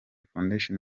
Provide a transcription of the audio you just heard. foundation